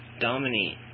dominate